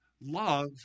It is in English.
love